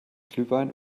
glühwein